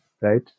right